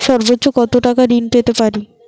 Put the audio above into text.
সর্বোচ্চ কত টাকা ঋণ পেতে পারি?